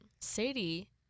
Sadie